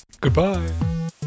Goodbye